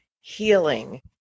healing